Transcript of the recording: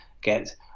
get